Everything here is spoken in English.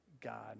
God